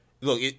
Look